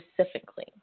specifically